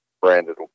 branded